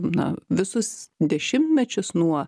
na visus dešimtmečius nuo